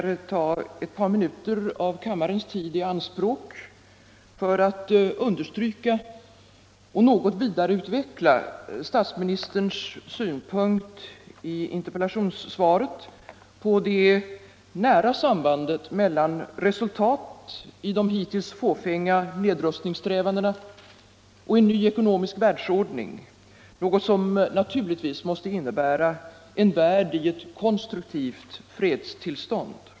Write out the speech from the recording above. Jag önskar ta ett par minuter av kammarens tid i anspråk för att understryka och något vidareutveckla statsministerns synpunkt i interpellationssvaret på det nära sambandet mellan resultatet av de hittills fåfänga nedrustningssträvandena och en ny ekonomisk världsordning; något som naturligtvis måste innebära en värld i ett konstruktivt fredstillstånd.